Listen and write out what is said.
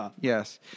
Yes